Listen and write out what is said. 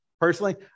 personally